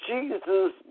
Jesus